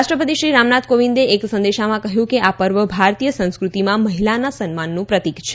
રાષ્ટ્રપતિ શ્રી રામનાથ કોવિંદે એક સંદેશામાં કહ્યું કે આ પર્વ ભારતીય સંસ્કૃતિમાં મહિલાના સન્માનનું પ્રતિક છે